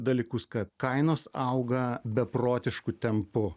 dalykus kad kainos auga beprotišku tempu